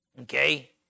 okay